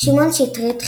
שמעון שטרית,